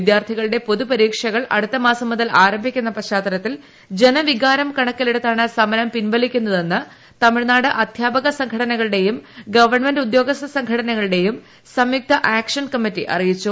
വിദ്യാർത്ഥികളുടെ പൊതു പരീക്ഷകൾ അടുത്തമാസം മുതൽ ആരംഭിക്കുന്ന പശ്ചാത്തലത്തിൽ ജനവികാരം കണക്കിലെടുത്താണ് സമരം പിൻവലിക്കുന്നതെന്ന് തമിഴ്നാട് അധ്യാപക സംഘടനകളുടെയും ഗവൺമെന്റ് ഉദ്യോഗസ്ഥ സംഘടനകളുടെയും സംയുക്ത ആക്ഷൻ കമ്മിറ്റി അറിയിച്ചു